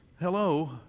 Hello